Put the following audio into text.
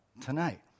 tonight